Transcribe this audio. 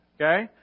Okay